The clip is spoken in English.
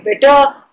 better